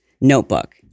notebook